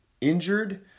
injured